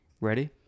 Ready